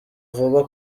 vuba